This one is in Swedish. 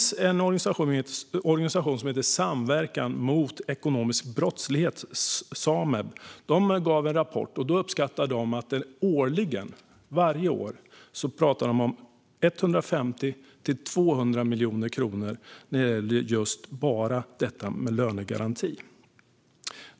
Sameb, en organisation mot ekonomisk brottslighet, uppskattade i en rapport att det rör sig om 150-200 miljoner kronor årligen för bara lönegarantin.